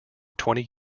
twenty